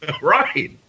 Right